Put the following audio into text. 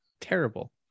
terrible